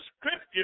scripture